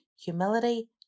humility